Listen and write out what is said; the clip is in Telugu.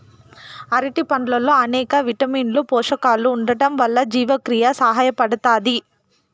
అరటి పండ్లల్లో అనేక విటమిన్లు, పోషకాలు ఉండటం వల్ల జీవక్రియకు సహాయపడుతాది